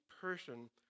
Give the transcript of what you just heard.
person